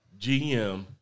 GM